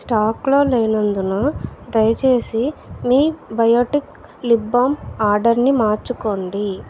స్టాకులో లేనందున దయచేసి మీ బయోటిక్ లిప్ బామ్ ఆర్డర్ని మార్చుకోండి